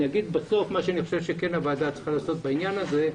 בסוף אני אומר מה שאני כן חושב שהוועדה צריכה לעשות בעניין הזה.